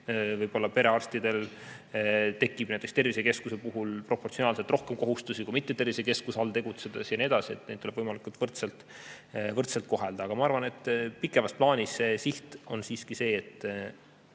näiteks perearstidel tekib tervisekeskuse puhul proportsionaalselt rohkem kohustusi kui mitte tervisekeskuse all tegutsedes ja nii edasi. Neid tuleb võimalikult võrdselt kohelda. Aga ma arvan, et pikemas plaanis on siht siiski see, et